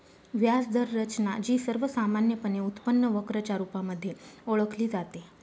व्याज दर रचना, जी सर्वसामान्यपणे उत्पन्न वक्र च्या रुपामध्ये ओळखली जाते